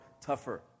tougher